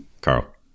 Carl